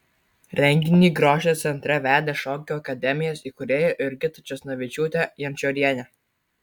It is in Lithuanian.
renginį grožio centre vedė šokių akademijos įkūrėja jurgita česnavičiūtė jančorienė